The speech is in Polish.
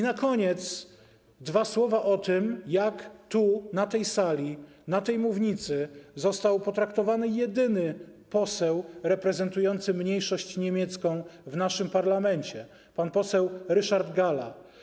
Na koniec dwa słowa o tym, jak tu, na tej sali, na tej mównicy, został potraktowany jedyny poseł reprezentujący mniejszość niemiecką w naszym parlamencie - pan poseł Ryszard Galla.